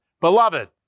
beloved